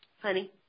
Honey